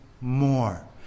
more